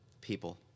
people